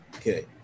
Okay